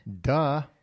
Duh